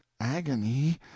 Agony